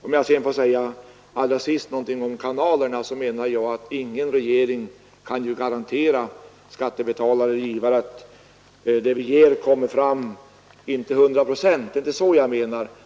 Om jag sedan allra sist får säga något om kanalerna så kan naturligtvis ingen regering garantera skattebetalare/givare att det vi ger kommer fram till 100 procent. Det är inte heller det jag avser.